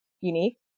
unique